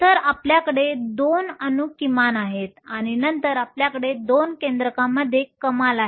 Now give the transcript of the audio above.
तर आपल्याकडे 2 अणू किमान आहे आणि नंतर आपल्याकडे 2 केंद्रकांमध्ये कमाल आहे